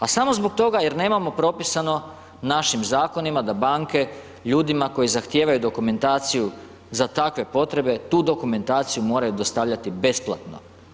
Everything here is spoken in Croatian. A samo zbog toga jer nemamo propisano našim zakonima da banke ljudima koje zahtijevaju dokumentaciju za takve potrebe tu dokumentaciju moraju dostavljati besplatno.